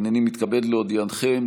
הינני מתכבד להודיעכם,